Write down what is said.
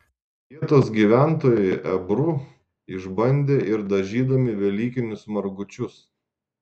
vietos gyventojai ebru išbandė ir dažydami velykinius margučius